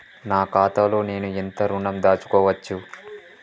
నా ఖాతాలో నేను ఎంత ఋణం దాచుకోవచ్చు?